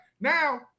Now